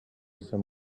some